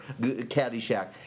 Caddyshack